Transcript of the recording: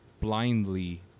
blindly